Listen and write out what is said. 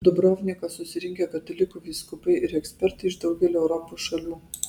dubrovniką susirinkę katalikų vyskupai ir ekspertai iš daugelio europos šalių